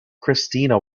christina